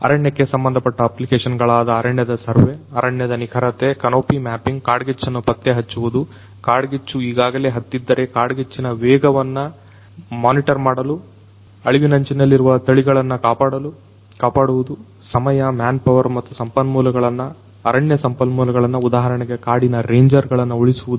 ಅರಣ್ಯಕ್ಕೆ ಸಂಬಂಧಪಟ್ಟ ಅಪ್ಲಿಕೇಶನ್ ಗಳಾದ ಅರಣ್ಯದ ಸರ್ವೆ ಅರಣ್ಯದ ನಿಖರತೆ ಕನೋಪಿ ಮ್ಯಾಪಿಂಗ್ ಕಾಡ್ಗಿಚ್ಚನ್ನು ಪತ್ತೆ ಹಚ್ಚುವುದು ಕಾಡ್ಗಿಚ್ಚು ಈಗಾಗಲೇ ಹತ್ತಿದ್ದರೆ ಕಾಡ್ಗಿಚ್ಚಿನ ವೇಗವನ್ನು ಮಾಡಲು ಮೋನಿಟರ್ ಮಾಡಲು ಅಳಿವಿನಂಚಿನಲ್ಲಿರುವ ತಳಿಗಳನ್ನು ಕಾಪಾಡುವುದು ಸಮಯ ಮ್ಯಾನ್ ಪವರ್ ಮತ್ತು ಸಂಪನ್ಮೂಲಗಳನ್ನು ಅರಣ್ಯ ಸಂಪನ್ಮೂಲಗಳನ್ನು ಉದಾಹರಣೆಗೆ ಕಾಡಿನ ರೇಂಜರ್ ಗಳನ್ನ ಉಳಿಸುವುದು